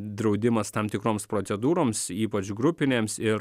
draudimas tam tikroms procedūroms ypač grupinėms ir